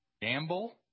gamble